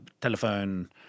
telephone